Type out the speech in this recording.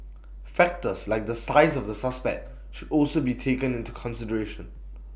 factors like the size of the suspect should also be taken into consideration